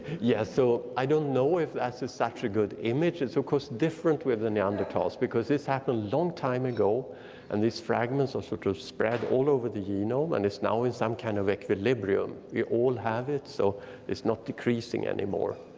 yes, so i don't know if that's such a good image. it's, of course, different with the neanderthals because this happened a long time ago and these fragments are sort of spread all over the genome and it's now is some kind of equilibrium. we all have it so it's not decreasing anymore.